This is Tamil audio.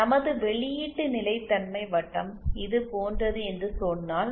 நமது வெளியீட்டு நிலைத்தன்மை வட்டம் இது போன்றது என்று சொன்னால்